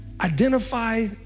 Identify